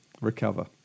recover